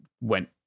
went